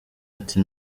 ati